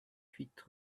huit